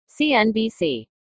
CNBC